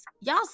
y'all